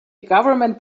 government